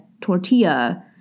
tortilla